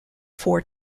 four